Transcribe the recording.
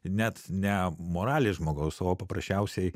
net ne moralės žmogaus o paprasčiausiai